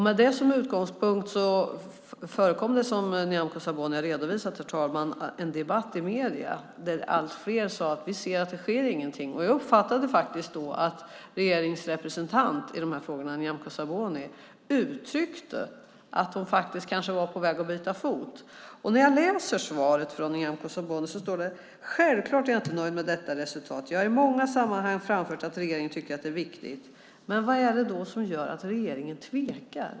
Med det som utgångspunkt förekom, som Nyamko Sabuni har redovisat, herr talman, en debatt i medierna. Allt fler sade: Vi ser att det inte sker någonting. Jag uppfattade då att regeringens representant i de här frågorna, Nyamko Sabuni, uttryckte att hon kanske var på väg att byta fot. I svaret från Nyamko Sabuni står det: "Självklart är jag inte nöjd med detta resultat. Jag har i många sammanhang framfört att regeringen tycker att det är viktigt -". Men vad är det då som gör att regeringen tvekar?